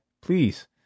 Please